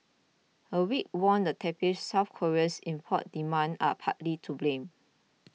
a weak won and tepid South Koreans import demand are partly to blame